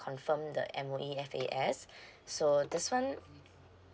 confirm the M_O_E F_A_S so this one